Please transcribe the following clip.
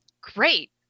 great